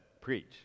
preach